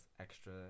extra